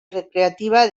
recreativa